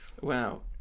Wow